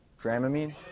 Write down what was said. Dramamine